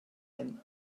him